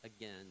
Again